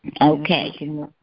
Okay